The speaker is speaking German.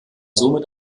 somit